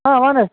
آ ونۍ حظ